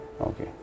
Okay